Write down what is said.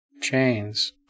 Chains